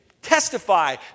testify